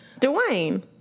Dwayne